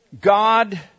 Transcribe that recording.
God